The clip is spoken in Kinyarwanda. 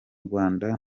rwanda